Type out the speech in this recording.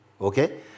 Okay